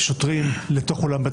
על סעיף קטן (ב)